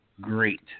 great